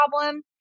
problem